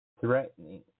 threatening